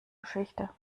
geschichte